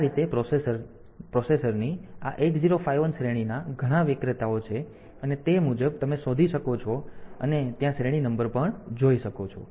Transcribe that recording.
તેથી આ રીતે પ્રોસેસરની આ 8051 શ્રેણીના ઘણા વિક્રેતાઓ છે અને તે મુજબ તમે શોધી શકો છો અને તમે ત્યાં શ્રેણી નંબર જોઈ શકો છો